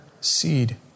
seed